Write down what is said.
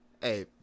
Hey